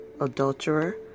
adulterer